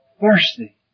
thirsty